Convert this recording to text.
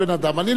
אני למשל,